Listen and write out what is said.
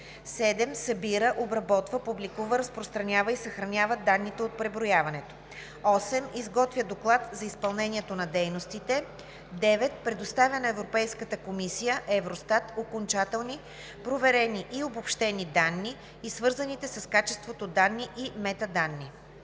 7. събира, обработва, публикува, разпространява и съхранява данните от преброяването; 8. изготвя доклад за изпълнението на дейностите; 9. предоставя на Европейската комисия (Евростат) окончателни, проверени и обобщени данни и свързаните с качеството данни и метаданни.“